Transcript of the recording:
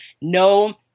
no